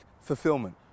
fulfillment